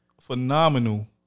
phenomenal